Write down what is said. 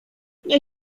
nie